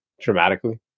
dramatically